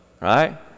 right